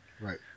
Right